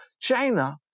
China